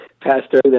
Pastor